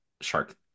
shark